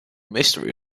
mystery